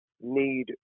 need